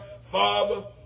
Father